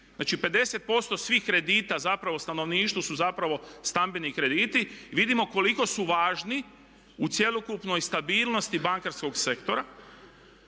Znači, 50% svih kredita zapravo stanovništvu su zapravo stambeni krediti. I vidimo koliko su važni u cjelokupnoj stabilnosti bankarskog sektora